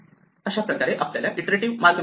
अशा प्रकारे आपल्याला इटरेटिव्ह मार्ग मिळतो